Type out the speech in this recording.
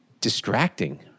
distracting